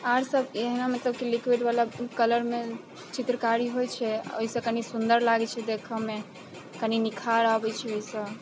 आओरसब एहन मतलब कि लिक्विडवला कलरमे चित्रकारी होइ छै ओहिसँ कनि सुन्दर लागै छै देखऽमे कनि निखार आबै छै ओहिसँ